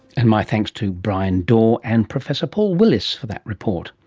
and my thanks to bryan dawe and professor paul willis for that report.